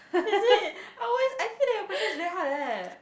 is it I always I feel like your question is very hard leh